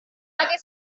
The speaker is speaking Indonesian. laki